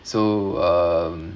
so um